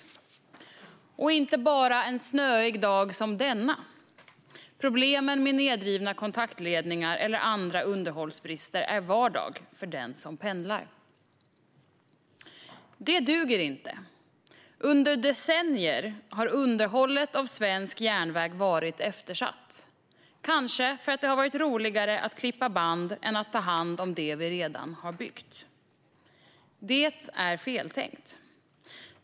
Det gäller inte bara en snöig dag som denna - problemen med nedrivna kontaktledningar eller andra underhållsbrister är vardag för den som pendlar. Detta duger inte. Under decennier har underhållet av svensk järnväg varit eftersatt, kanske för att det har varit roligare att klippa band än att ta hand om det vi redan byggt. Det är feltänkt.